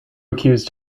accused